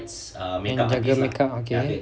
oh yang jaga makeup okay